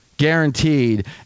guaranteed